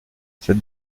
cette